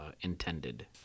intended